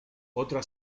otra